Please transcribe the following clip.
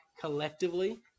collectively